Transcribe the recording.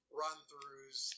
run-throughs